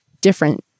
different